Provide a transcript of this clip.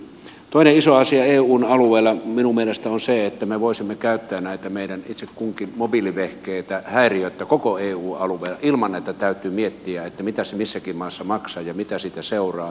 toinen iso asia eun alueella minun mielestäni on se että me voisimme käyttää näitä meidän itse kunkin mobiilivehkeitä häiriöttä koko eun alueella ilman että täytyy miettiä mitä se missäkin maassa maksaa ja mitä siitä seuraa